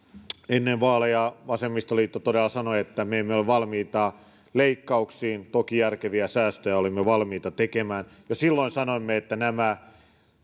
ennen vaaleja vasemmistoliitto todella sanoi että me emme ole valmiita leikkauksiin toki järkeviä säästöjä olimme valmiita tekemään jo silloin sanoimme että nämä